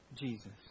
Jesus